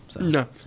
No